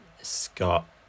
Scott